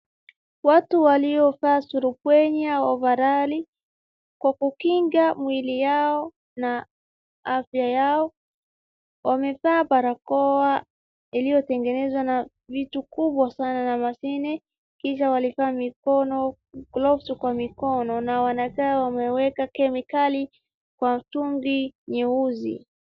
Watu waliovaa surubwenya ovarali kwa kukinga miili yao na afya yao, wamevaa barakoa iliyotengenezwa na vitu kubwa sana na mashini, kisha walivaa gloves kwa mikono na wanakaa wameweka kemikali kwa mitungi nyeusi.